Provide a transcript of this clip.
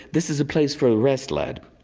this is a place for a rest lad,